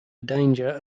danger